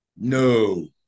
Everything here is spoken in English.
No